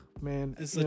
man